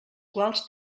quals